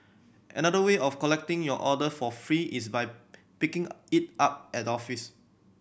another way of collecting your order for free is by picking it up at the office